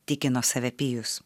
tikino save pijus